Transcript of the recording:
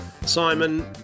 Simon